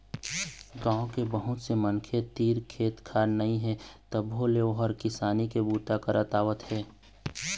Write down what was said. गाँव के बहुत से मनखे तीर खेत खार नइ हे तभो ले ओ ह किसानी के बूता करत आवत हे